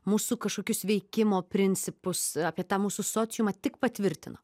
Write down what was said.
mūsų kažkokius veikimo principus apie tą mūsų sociumą tik patvirtina